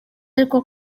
ariko